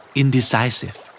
indecisive